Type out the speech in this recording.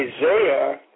Isaiah